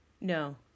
No